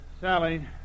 Sally